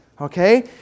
Okay